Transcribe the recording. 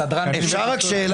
אפשר רק שאלה?